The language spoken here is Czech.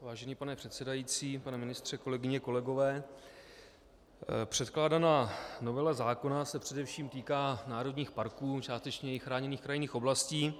Vážený pane předsedající, pane ministře, kolegyně, kolegové, předkládaná novela zákona se především týká národních parků, částečně i chráněných krajinných oblastí.